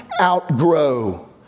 outgrow